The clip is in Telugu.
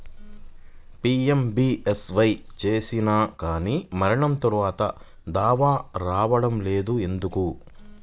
పీ.ఎం.బీ.ఎస్.వై చేసినా కానీ మరణం తర్వాత దావా రావటం లేదు ఎందుకు?